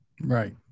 right